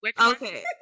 Okay